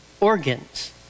organs